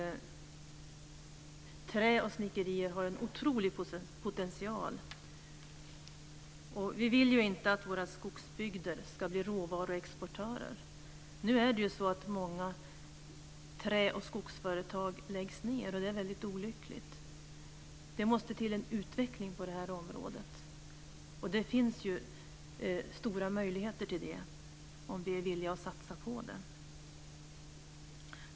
Trä och snickerier har en otrolig potential. Vi vill ju inte att våra skogsbygder ska bli råvaruexportörer. Men många trä och skogsföretag läggs ned, och detta är väldigt olyckligt. Det måste alltså till en utveckling på området. Det finns stora möjligheter till det om vi är villiga att satsa på det.